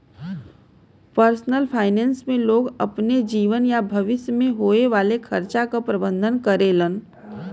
personal finance में लोग अपने जीवन या भविष्य में होये वाले खर्चा क प्रबंधन करेलन